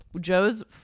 Joe's